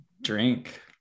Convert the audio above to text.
drink